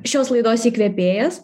šios laidos įkvėpėjas